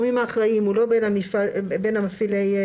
כדי שכל הוראות הנהלים למסגרת יהוו מערכת נהלים עקבית וברורה